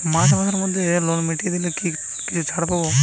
March মাসের মধ্যে loan মিটিয়ে দিলে কি কিছু ছাড় পাব?